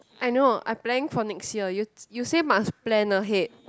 I know I planning for next year you you said must plan ahead